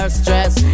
stress